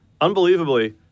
unbelievably